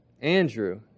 Andrew